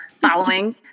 following